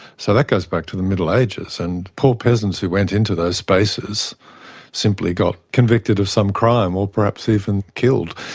so that goes back to the middle ages. and poor peasants who went into those spaces simply got convicted of some crime or perhaps even killed.